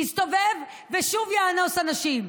יסתובב ושוב יאנוס אנשים?